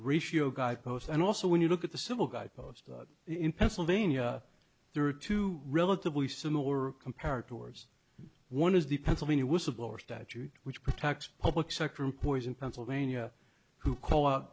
ratio guy post and also when you look at the civil guy posts in pennsylvania there are two relatively similar compared to wars one is the pennsylvania whistleblower statute which protects public sector employees in pennsylvania who c